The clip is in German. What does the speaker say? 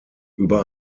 über